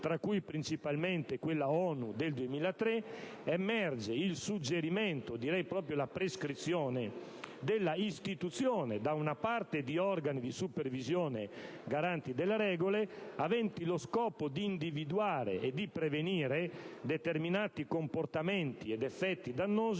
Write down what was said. tra cui principalmente quella ONU del 2003, emerge il suggerimento - anzi, direi proprio la prescrizione - della istituzione anche di organi di supervisione garanti delle regole, aventi lo scopo di individuare e di prevenire determinati comportamenti ed effetti dannosi,